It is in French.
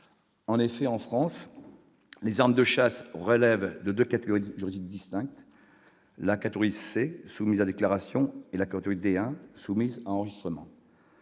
En effet, en France, les armes de chasse relèvent de deux catégories juridiques distinctes : la catégorie C, soumise à déclaration, ou la catégorie D1, soumise à enregistrement.